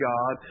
God